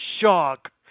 shock